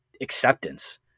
acceptance